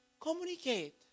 communicate